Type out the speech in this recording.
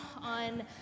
on